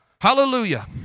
Hallelujah